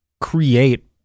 create